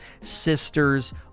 sisters